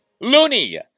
loony